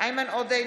איימן עודה,